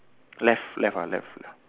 left left ah left left